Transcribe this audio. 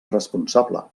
responsable